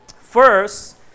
First